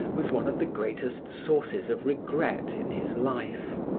was one of the greatest sources of regret in his life.